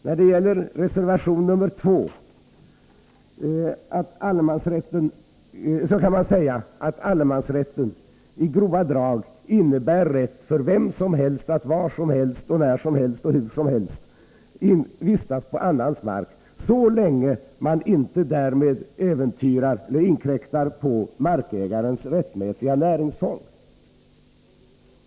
När det gäller reservation 2 kan man säga att allemansrätten i grova drag innebär rätt för vem som helst att var som helst, när som helst och hur som helst vistas på annans mark, så länge man inte därmed inkräktar på markägarens rättmätiga näringsfång.